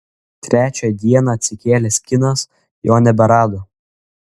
trečią dieną atsikėlęs kinas jo neberado